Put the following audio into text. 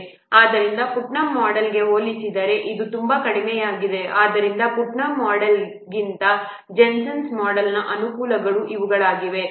ಆದ್ದರಿಂದ ಪುಟ್ನಮ್ ಮೋಡೆಲ್ಗೆ ಹೋಲಿಸಿದರೆ ಇದು ತುಂಬಾ ಕಡಿಮೆಯಾಗಿದೆ ಆದ್ದರಿಂದ ಪುಟ್ನಮ್ ಮೋಡೆಲ್ಗಿಂತ ಜೆನ್ಸನ್ ಮೋಡೆಲ್ನ ಅನುಕೂಲಗಳು ಇವುಗಳಾಗಿವೆ